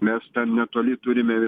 mes ten netoli turime